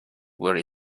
were